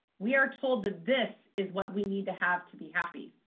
we are told that this is what we need to have to be happy.